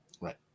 Right